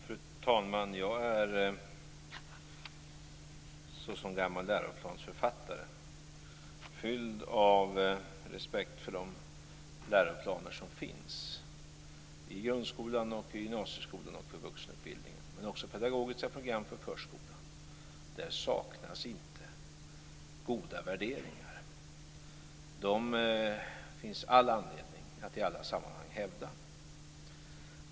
Fru talman! Jag är såsom gammal läroplansförfattare fylld av respekt för de läroplaner som finns för grundskolan, gymnasieskolan och vuxenutbildningen men också för de pedagogiska programmen för förskolan. Där saknas inte goda värderingar. Dessa finns det all anledning att i alla sammanhang hävda.